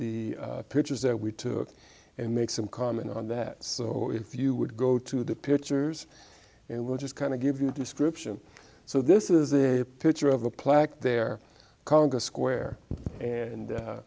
the pictures that we took and make some comment on that so if you would go to the pictures and we'll just kind of give you a description so this is a picture of the plaque there congress square and